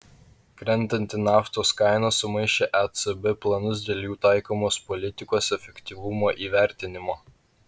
krentanti naftos kaina sumaišė ecb planus dėl jų taikomos politikos efektyvumo įvertinimo